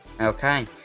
Okay